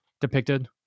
depicted